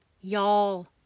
Y'all